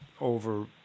over